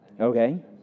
Okay